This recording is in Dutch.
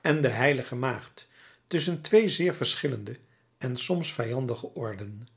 en de h maagd tusschen twee zeer verschillende en soms vijandige orden